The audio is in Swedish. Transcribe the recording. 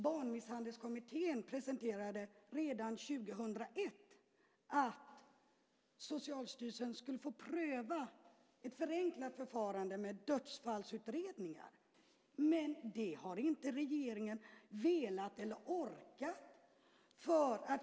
Barnmisshandelskommittén presenterade redan 2001 ett förslag om att Socialstyrelsen skulle få pröva ett förenklat förfarande med dödsfallsutredningar. Men det har inte regeringen velat eller orkat.